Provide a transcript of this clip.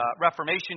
Reformation